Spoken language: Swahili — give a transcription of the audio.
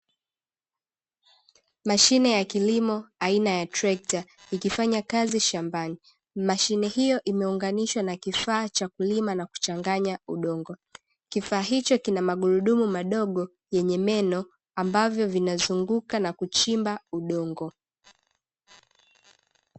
Mashine ya kilimo aina ya trekta ikifanya kazi shambani, mashine hiyo imeunganishwa na kifaa cha kulima na kuchanganya udongo, kifaa hicho kina magurudumu madogo yenye meno ambavyo vinazunguka na kuchimba udongo.